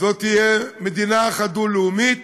זו תהיה מדינה אחת דו-לאומית